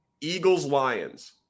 Eagles-Lions